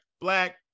black